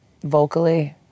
vocally